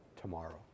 tomorrow